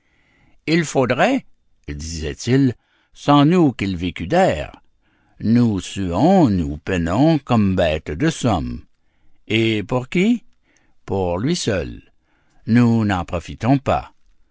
il faudrait disait-il sans nous qu'il vécût d'air nous suons nous peinons comme bête de somme et pour qui pour lui seul nous n'en profitons pas